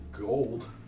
Gold